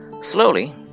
Slowly